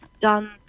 done